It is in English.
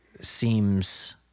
seems